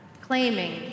claiming